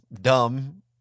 dumb